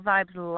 Vibes